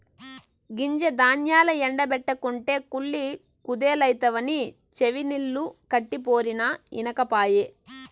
గింజ ధాన్యాల్ల ఎండ బెట్టకుంటే కుళ్ళి కుదేలైతవని చెవినిల్లు కట్టిపోరినా ఇనకపాయె